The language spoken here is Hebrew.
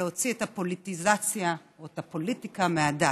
להוציא את הפוליטיזציה או את הפוליטיקה מהדת.